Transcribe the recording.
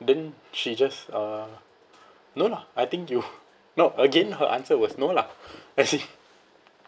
then she just uh no lah I think you no again her answer was no lah as if